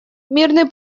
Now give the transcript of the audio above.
мирный